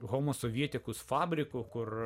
homosovietikus fabriko kur